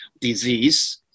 disease